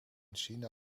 china